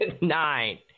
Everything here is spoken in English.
Nine